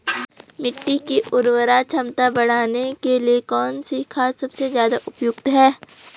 मिट्टी की उर्वरा क्षमता बढ़ाने के लिए कौन सी खाद सबसे ज़्यादा उपयुक्त है?